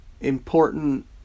important